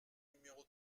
numéro